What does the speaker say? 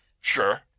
Sure